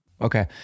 Okay